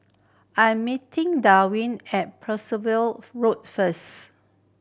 I'm meeting Derwin at Percival Road first